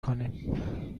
کنیم